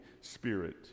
Spirit